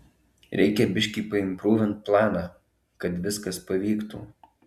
reikia biškį paimprūvint planą kad viskas pavyktų